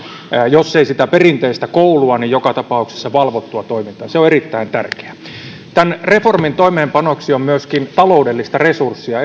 jos ei sitä perinteistä koulua joka tapauksessa valvottua toimintaa se on erittäin tärkeää tämän reformin toimeenpanoksi eduskunta on päättänyt myöskin taloudellista resurssia